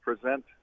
present